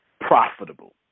profitable